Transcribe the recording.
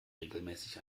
regelmäßig